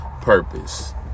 purpose